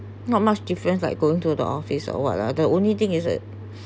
not much difference like going to the office or what lah the only thing is it